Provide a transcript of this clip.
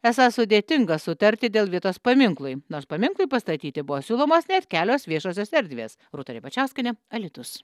esą sudėtinga sutarti dėl vietos paminklui nors paminklui pastatyti buvo siūlomos net kelios viešosios erdvės rūta ribačiauskienė alytus